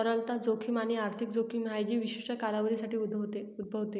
तरलता जोखीम एक आर्थिक जोखीम आहे जी विशिष्ट कालावधीसाठी उद्भवते